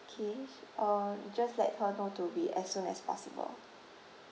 K uh just let her know to be as soon as possible